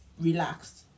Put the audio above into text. relaxed